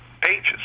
pages